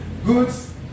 goods